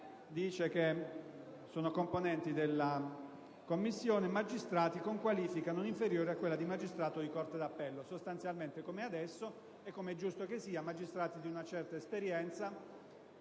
che sono componenti della commissione magistrati con qualifica non inferiore a quella di magistrato di corte d'appello; sostanzialmente, come è adesso e come è giusto che sia, magistrati di una certa esperienza,